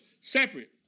separate